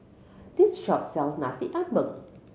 this shop sell Nasi Ambeng